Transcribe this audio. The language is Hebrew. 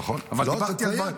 נכון, נכון.